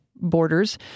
Borders